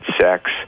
sex